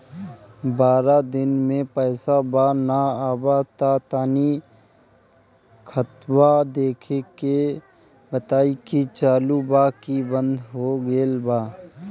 बारा दिन से पैसा बा न आबा ता तनी ख्ताबा देख के बताई की चालु बा की बंद हों गेल बा?